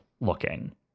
looking